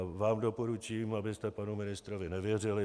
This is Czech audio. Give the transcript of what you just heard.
Vám doporučím, abyste panu ministrovi nevěřili.